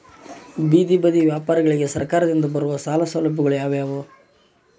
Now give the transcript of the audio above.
ಬೇದಿ ಬದಿ ವ್ಯಾಪಾರಗಳಿಗೆ ಸರಕಾರದಿಂದ ಬರುವ ಸಾಲ ಸೌಲಭ್ಯಗಳು ಯಾವುವು?